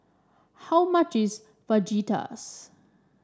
how much is Fajitas